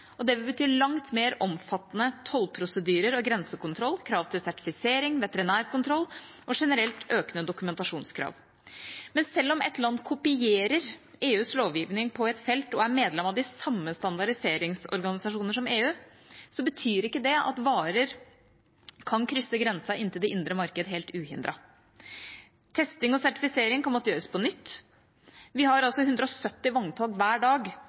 og det vil bety langt mer omfattende tollprosedyrer og grensekontroll, krav til sertifisering, veterinærkontroll – generelt økende dokumentasjonskrav. Men selv om et land kopierer EUs lovgivning på et felt og er medlemmer av de samme standardiseringsorganisasjoner som EU, betyr ikke det at varer kan krysse grensa inn til det indre marked helt uhindret. Testing og sertifisering kan måtte gjøres på nytt. Vi har 170 vogntog som går med norsk sjømat hver dag,